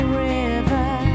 river